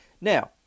Now